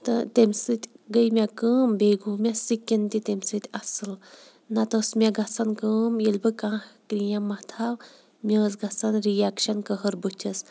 تہٕ تٔمہِ سۭتۍ گٔیے مےٚ کٲم بیٚیہِ گوٚو مےٚ سِکِن تہِ تمہِ سۭتۍ اَصٕل نَتہٕ ٲس مےٚ گژھان کٲم ییٚلہِ بہٕ کانٛہہ کِرٛیٖم مَتھٕہَو مےٚ اوس گژھان رِیَکشَن کٔہر بٕتھِس